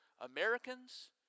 americans